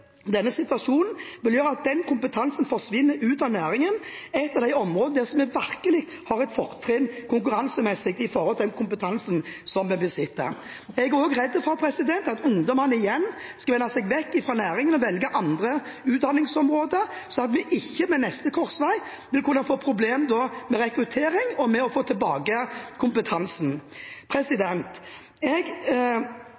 denne situasjonen vil gjøre at kompetansen forsvinner ut av næringen – på et av de områdene der vi virkelig har et fortrinn konkurransemessig gjennom den kompetansen vi besitter. Jeg er også redd for at ungdommen igjen skal vende seg vekk fra næringen og velge andre utdanningsområder, slik at vi ved neste korsvei vil kunne få problemer med rekrutteringen og med å få tilbake kompetansen.